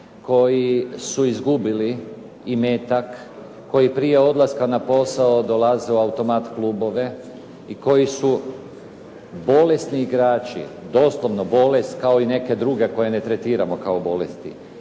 koji su izgubili imetak, koji prije odlaska na posao dolaze u automat klubove i koji su bolesni igrači, doslovno bolest kao i neke druge koje ne tretiramo kao bolesti